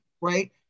right